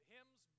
Hymns